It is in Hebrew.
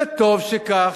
וטוב שכך.